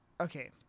Okay